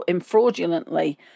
fraudulently